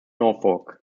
norfolk